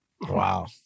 wow